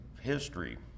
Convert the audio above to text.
history